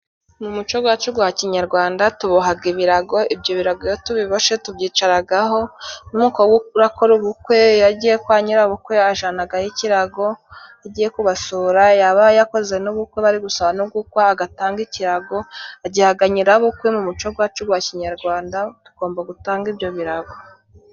Mu muco gwacu gwa kinyarwanda tubohaga ibirago, ibyo birago iyo tubiboshe tubyicaragaho, nk' umukobwa urakora ubukwe iyo agiye kwa nyirabukwe ajanagayo ikirago agiye kubasura, yaba yarakoze n'ubukwe bari gusaba no gukwa agatanga ikirago agihaga nyirabukwe, mu muco gwacu gwa kinyarwanda tugomba gutanga ibyo birago.